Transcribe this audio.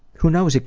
who knows? ah